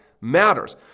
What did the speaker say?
matters